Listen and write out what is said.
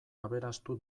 aberastu